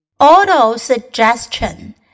Auto-suggestion